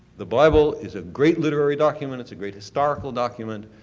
the bible is a great literary document, it's a great historical document,